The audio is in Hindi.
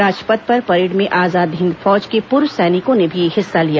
राजपथ पर परेड में आजाद हिंद फौज के पूर्व सैनिकों ने भी हिस्सा लिया